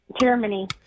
Germany